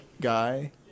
guy